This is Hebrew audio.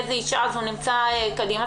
הוא נמצא מקדימה.